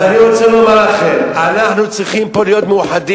אז אני רוצה לומר לכם: אנחנו צריכים פה להיות מאוחדים.